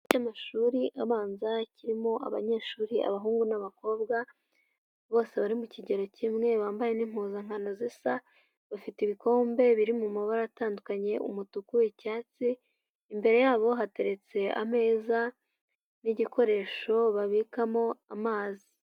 Cy'amashuri abanza kirimo abanyeshuri abahungu n'abakobwa bose bari mu kigero kimwe bambaye n'impuzankano zisa, bafite ibikombe biri mu mabara atandukanye umutuku, icyatsi. Imbere yabo hateretse ameza n'igikoresho babikamo amazi.